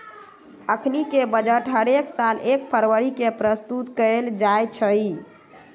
अखनीके बजट हरेक साल एक फरवरी के प्रस्तुत कएल जाइ छइ